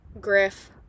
Griff